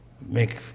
make